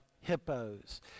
hippos